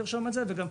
תרשום את זה גם,